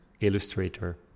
illustrator